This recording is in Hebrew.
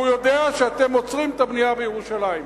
והוא יודע שאתם עוצרים את הבנייה בירושלים.